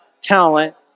talent